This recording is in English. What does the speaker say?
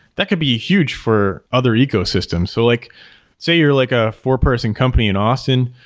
that could be huge for other ecosystems. so like say you're like a four-person company in austin.